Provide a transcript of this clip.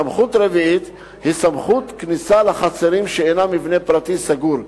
סמכות רביעית היא סמכות כניסה לחצרים שאינם מבנה פרטי סגור,